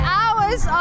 hours